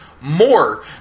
more